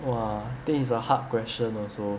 !wah! that is a hard question also